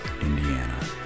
Indiana